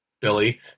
Billy